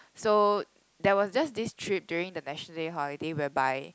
so there was just this trip during the National Day holiday whereby